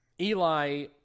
Eli